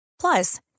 Plus